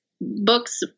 books